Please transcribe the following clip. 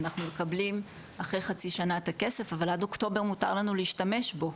אנחנו מקבלים אחרי חצי שנה את הכסף אבל עד אוקטובר מותר לנו להשתמש בו.